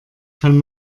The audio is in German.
kann